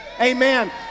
Amen